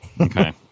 Okay